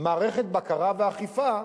מערכת בקרה ואכיפה,